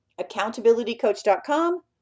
accountabilitycoach.com